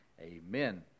amen